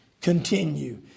Continue